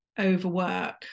overwork